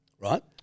right